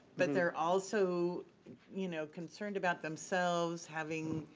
but they're also you know concerned about themselves having